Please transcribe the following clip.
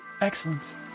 Excellence